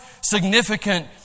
significant